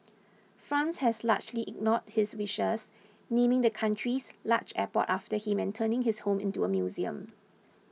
France has largely ignored his wishes naming the country's largest airport after him and turning his home into a museum